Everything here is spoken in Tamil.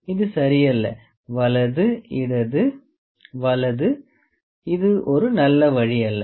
இது சரி அல்ல வலது இடது வலது இது ஒரு நல்ல வழி அல்ல